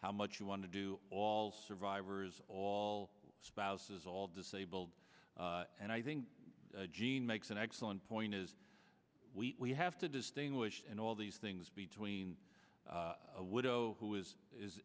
how much you want to do all survivors all spouses all disabled and i think jean makes an excellent point is we have to distinguish and all these things between a widow who is i